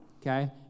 okay